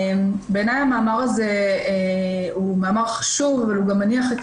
בעיניי המאמר הזה הוא מאמר חשוב אבל הוא גם מניח את